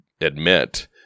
admit